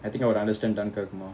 I think I would understand dunkirk more